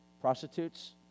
prostitutes